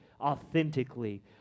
authentically